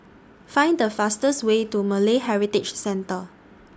Find The fastest Way to Malay Heritage Centre